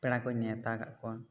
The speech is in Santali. ᱯᱮᱲᱟ ᱠᱚᱹᱧ ᱱᱮᱣᱛᱟ ᱟᱠᱟᱫ ᱠᱚᱣᱟ